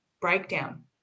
breakdown